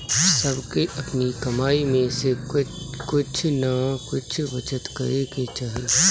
सबके अपनी कमाई में से कुछ नअ कुछ बचत करे के चाही